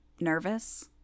nervous